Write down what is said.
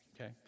Okay